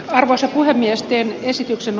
arvoisa puhemies teen esityksen